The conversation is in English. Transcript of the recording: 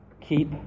Keep